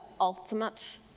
ultimate